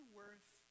worth